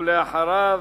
ואחריו,